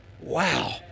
Wow